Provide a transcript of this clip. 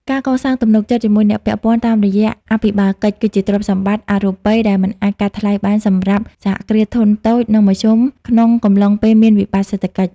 ការកសាងទំនុកចិត្តជាមួយអ្នកពាក់ព័ន្ធតាមរយៈអភិបាលកិច្ច គឺជាទ្រព្យសម្បត្តិអរូបីដែលមិនអាចកាត់ថ្លៃបានសម្រាប់ សហគ្រាសធុនតូច និងមធ្យម ក្នុងកំឡុងពេលមានវិបត្តិសេដ្ឋកិច្ច។